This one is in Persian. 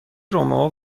رومئو